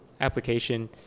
application